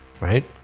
right